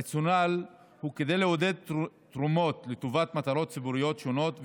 הרציונל הוא לעודד תרומות לטובת מטרות ציבוריות שונות,